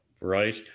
Right